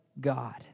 God